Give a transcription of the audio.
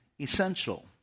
essential